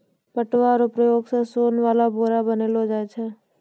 पटुआ रो प्रयोग से सोन वाला बोरा बनैलो जाय छै